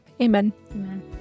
Amen